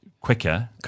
quicker